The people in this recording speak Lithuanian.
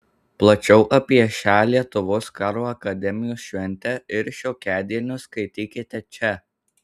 plačiau apie šią lietuvos karo akademijos šventę ir šiokiadienius skaitykite čia